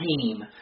team